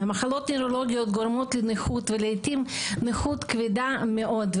מחלות נוירולוגיות גורמות לנכות ולעיתים נכות כבדה מאוד,